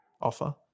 offer